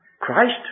Christ